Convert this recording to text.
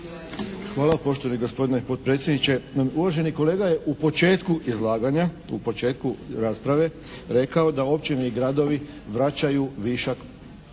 Hvala. Poštovani gospodine potpredsjedniče. Uvaženi kolega je u početku izlaganja, u početku rasprave rekao da općine i gradovi vraćaju višak